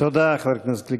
תודה, חבר הכנסת גליק.